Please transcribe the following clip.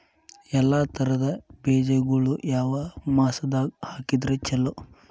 ಎಲ್ಲಾ ತರದ ಬೇಜಗೊಳು ಯಾವ ಮಾಸದಾಗ್ ಹಾಕಿದ್ರ ಛಲೋ?